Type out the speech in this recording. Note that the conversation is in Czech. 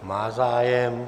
Má zájem.